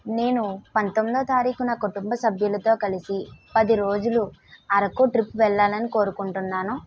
నేను పంతొమ్మిదో తారీఖున కుటుంబ సభ్యులతో కలిసి పది రోజులు అరకు ట్రిప్ వెళ్లాలని కోరుకుంటున్నాను